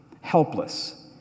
helpless